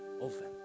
often